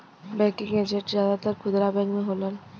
banking agent जादातर खुदरा bank में होलन